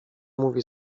mówi